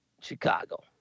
Chicago